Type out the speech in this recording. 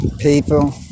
people